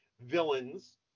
villains